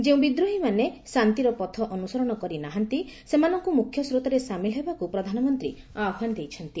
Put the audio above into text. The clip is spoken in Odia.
ଯେଉଁ ବିଦ୍ରୋହୀ ମାନେ ଶାନ୍ତିର ପଥ ଅନୁସରଣ କରିନାହାନ୍ତି ସେମାନଙ୍କୁ ମୁଖ୍ୟ ସ୍ରୋତରେ ସାମିଲ ହେବାକୁ ପ୍ରଧାନମନ୍ତ୍ରୀ ଆହ୍ୱାନ ଦେଇଛନ୍ତି